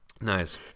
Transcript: Nice